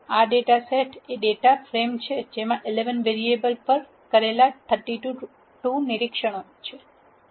આ data set એ data frame છે જેમાં 11 વરીએબલ પર કરેલા 32 નિરીક્ષણો છે